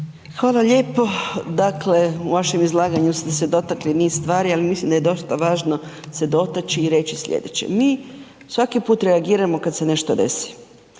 Hvala lijepo. Dakle u vašem izlaganju ste se dotakli niz stvari ali mislim da je dosta važno se dotaći i reći sljedeće. Mi svaki put reagiramo kada se nešto desi.